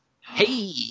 Hey